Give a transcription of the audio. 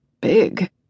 big